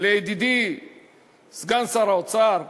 לידידי סגן שר האוצר,